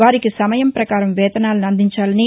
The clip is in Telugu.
వారికి సమయం ప్రకారం వేతనాలను అందించాలని